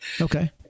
Okay